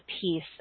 piece